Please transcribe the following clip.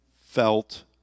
felt